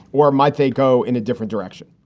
or might they go in a different direction?